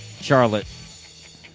Charlotte